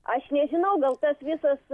aš nežinau gal tas visas